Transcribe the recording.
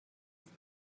هست